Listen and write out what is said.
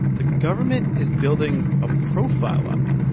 the government is building a profile on me.